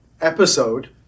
episode